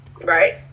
Right